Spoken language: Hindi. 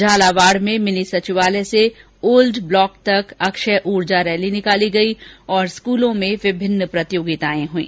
झालावाड़ में मिनी सचिवालय से ओल्ड ब्लॉक तक अक्षय ऊर्जा रैली निकाली गई और स्कूलों में विभिन्न प्रतियोगिताएं हुई